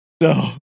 no